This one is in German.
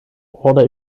order